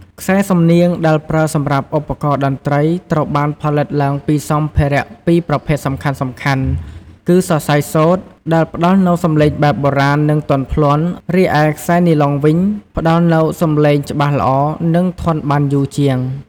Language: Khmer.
ខ្សែសំនៀងដែលប្រើសម្រាប់ឧបករណ៍តន្រ្តី ត្រូវបានផលិតឡើងពីសម្ភារៈពីរប្រភេទសំខាន់ៗ គឺ សរសៃសូត្រ ដែលផ្តល់នូវសំឡេងបែបបុរាណ និងទន់ភ្លន់ រីឯ ខ្សែនីឡុង វិញផ្តល់នូវសំឡេងច្បាស់ល្អ និងធន់បានយូរជាង។